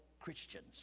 Christians